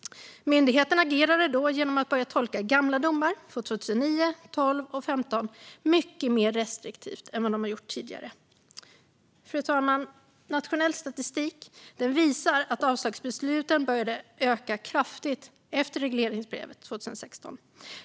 Myndigheten agerade då genom att börja tolka gamla domar från 2009, 2012 och 2015 mycket mer restriktivt än man gjort tidigare. Fru talman! Nationell statistik visar att avslagsbesluten började öka kraftigt efter regleringsbrevet 2016.